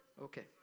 Okay